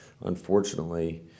unfortunately